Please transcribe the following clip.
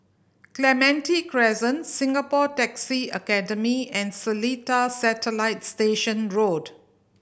Clementi Crescent Singapore Taxi Academy and Seletar Satellite Station Road